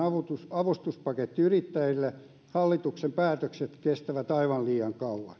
avustuspaketti yrittäjille hallituksen päätökset kestävät aivan liian kauan arvoisa puhemies ärade talman